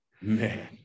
man